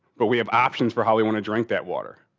but we have options for how we want to drink that water.